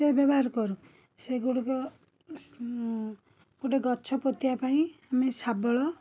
ଇତ୍ୟାଦି ବ୍ୟବହାର କରୁ ସେଗୁଡ଼ିକ ଗୋଟେ ଗଛ ପୋତିବା ପାଇଁ ମାନେ ଶାବଳ